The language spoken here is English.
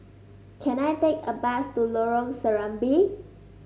can I take a bus to Lorong Serambi